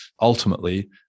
ultimately